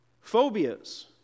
phobias